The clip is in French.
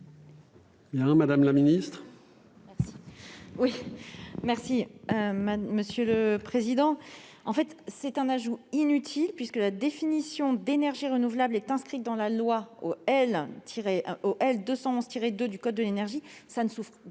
madame la ministre,